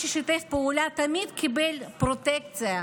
מי ששיתף פעולה תמיד קיבל פרוטקציה,